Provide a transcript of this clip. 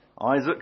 Isaac